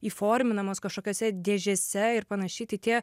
įforminamos kažkokiose dėžėse ir panašiai tai tie